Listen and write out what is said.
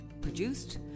produced